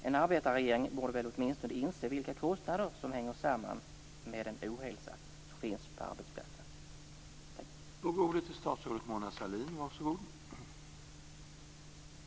En arbetarregering borde väl åtminstone inse vilka kostnader som hänger samman med den ohälsa som finns på arbetsplatserna.